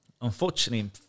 Unfortunately